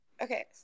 Okay